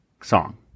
song